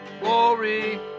glory